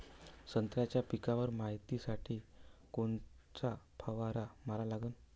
संत्र्याच्या पिकावर मायतीसाठी कोनचा फवारा मारा लागन?